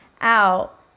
out